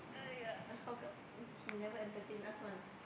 !aiyah! how come he never entertain us one